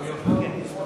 הוא לא יכול להתייחס לזה.